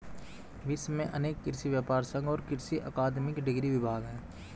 विश्व में अनेक कृषि व्यापर संघ और कृषि अकादमिक डिग्री विभाग है